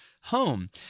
home